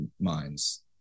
minds